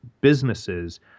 businesses